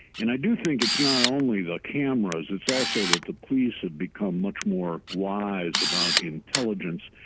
and i do think it's not only the cameras, it's also that the police have become much more wise about intelligence.